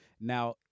Now